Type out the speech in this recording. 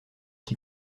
qui